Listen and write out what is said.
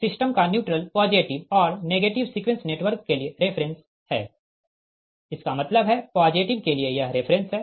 system का neutral positive और negative sequence network के लिए रेफ़रेंस है इसका मतलब है पॉजिटिव के लिए यह रेफ़रेंस है